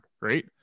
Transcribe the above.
right